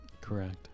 Correct